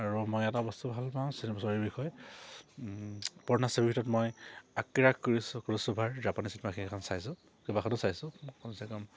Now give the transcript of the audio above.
আৰু মই এটা বস্তু ভাল পাওঁ চিনেমা চোৱাৰ বিষয়ে কৰিছোঁ কুৰুচুভাৰ জাপানী চিনেমা সেইখন চাইছোঁ কেইবাখনো চাইছোঁ কমচে কম